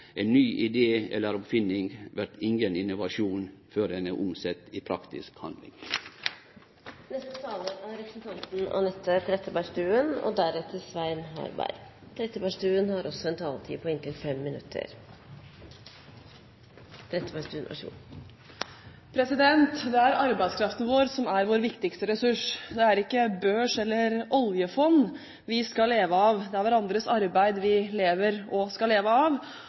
Ein ny idé eller oppfinning vert ingen innovasjon før han vert omsett i praktisk handling. Det er arbeidskraften vår som er vår viktigste ressurs. Det er ikke børs eller oljefond vi skal leve av. Det er hverandres arbeid vi lever og skal leve av.